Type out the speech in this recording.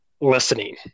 listening